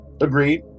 agreed